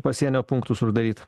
pasienio punktus uždaryt